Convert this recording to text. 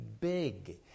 big